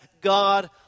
God